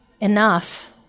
enough